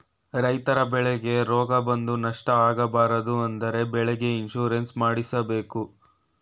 ರೈತರ ಬೆಳೆಗೆ ರೋಗ ಬಂದು ನಷ್ಟ ಆಗಬಾರದು ಅಂದ್ರೆ ಬೆಳೆಗೆ ಇನ್ಸೂರೆನ್ಸ್ ಮಾಡ್ದಸ್ಸಬೇಕು